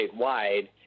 statewide